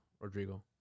Rodrigo